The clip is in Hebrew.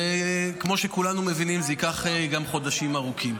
וכמו שכולנו מבינים זה ייקח גם חודשים ארוכים.